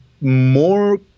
more